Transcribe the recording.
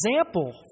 example